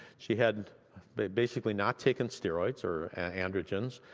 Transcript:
she had basically not taken steroids or androgens,